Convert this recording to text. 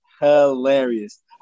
hilarious